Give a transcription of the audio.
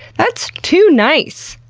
that's too nice!